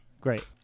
Great